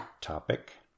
topic